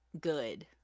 good